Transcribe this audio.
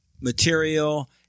material